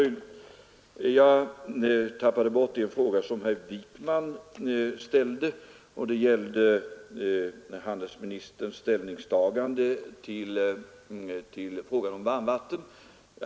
Jag tappade bort en fråga som herr Wijkman ställde beträffande handelsministerns ställningstagande till varmvattnet.